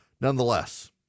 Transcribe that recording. Nonetheless